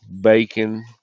bacon